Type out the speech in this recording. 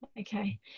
okay